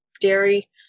dairy